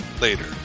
later